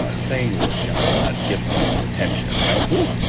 ah saying the word young blood gets people's attention, right? whew.